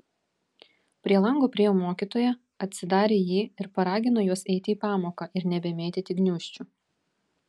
prie lango priėjo mokytoja atsidarė jį ir paragino juos eiti į pamoką ir nebemėtyti gniūžčių